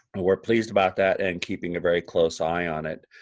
ah we're pleased about that and keeping a very close eye on it.